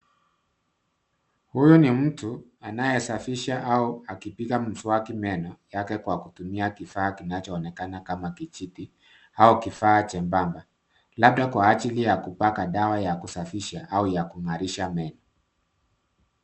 Huyu ni mtu anayesafisha au kupiga mswaki meno yake kwa kutumia kifaa kichaoonekana kama kijiti au kifaa chembamba, labda kwa ajili ya kupaka dawa ya kusafisha au kung'arisha meno